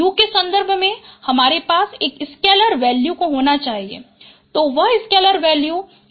u के सन्दर्भ में हमारे पास एक स्केलर वैल्यू को होना चाहिए तो वह स्केलर वैल्यू कुछ k के सामान होगी